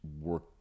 work